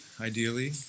ideally